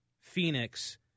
Phoenix